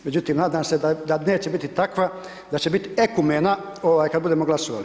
Međutim, nadam se da neće biti takva, da će biti ekumena kad budemo glasovali.